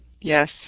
Yes